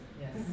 Yes